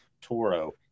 Toro